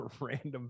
random